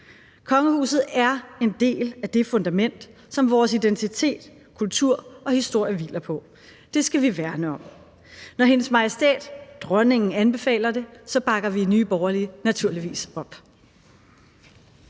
Kongehuset er en del af det fundament, som vores identitet, kultur og historie hviler på. Det skal vi værne om. Når Hendes Majestæt Dronningen anbefaler det, bakker vi i Nye Borgerlige naturligvis op.